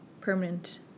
permanent